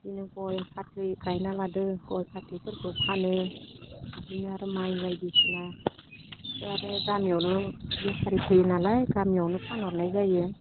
इदिनो गय फाथै गायना लादो गय फाथैफोरखौ फानो इदिनो आरो माइ बायदिसिना इफोरखो आरो गामियावनो बेफारि फैयो नालाय गामियावनो फानहरनाय जायो